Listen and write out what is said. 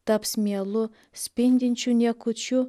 taps mielu spindinčiu niekučiu